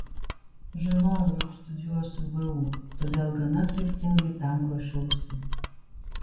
žinojau jog studijuosiu vu todėl gana kryptingai tam ruošiausi